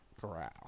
Corral